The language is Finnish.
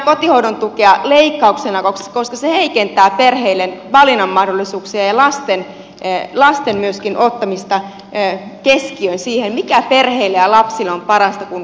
kotihoidon tuen leikkaus heikentää perheiden valinnanmahdollisuuksia ja myöskin lasten ottamista keskiöön siinä mikä perheille ja lapsille on parasta kun puhutaan lastenhoidosta